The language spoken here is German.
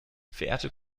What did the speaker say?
verehrte